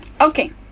Okay